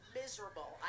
miserable